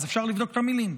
אז אפשר לבדוק את המילים.